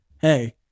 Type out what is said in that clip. hey